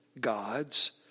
gods